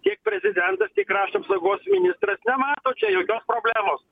tiek prezidentas krašto apsaugos ministras nemato čia jokios problemos